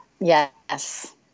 yes